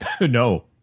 No